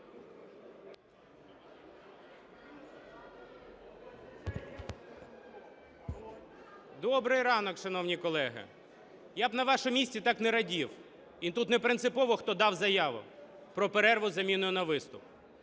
Добрий ранок, шановні колеги! Я б на вашому місці так не радів і тут не принципово, хто дав заяву про перерву з заміною на виступ.